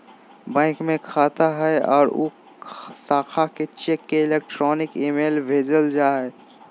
bank में खाता हइ और उ शाखा के चेक के इलेक्ट्रॉनिक इमेज भेजल जा हइ